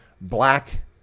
black